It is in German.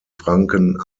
franken